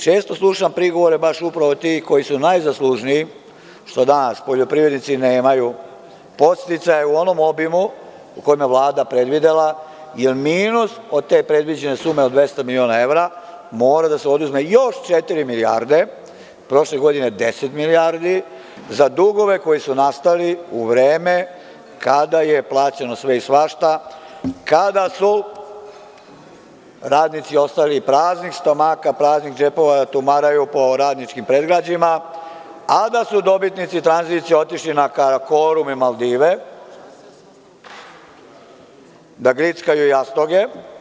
Često slušam prigovore baš upravo tih koji su najzaslužniji što danas poljoprivrednici nemaju podsticaje u onom obimu u kome je Vlada predvidela, jer minus od te predviđene sume od 200 miliona evra mora da se oduzme još četiri milijarde, prošle godine deset milijardi, za dugove koji su nastali u vreme kada je plaćano sve i svašta, kada su radnici ostajali praznih stomaka, praznih džepova, da tumaraju po radničkim predgrađima, a da su dobitnici tranzicije otišli na Karakorum i Maldive, da grickaju jastoge.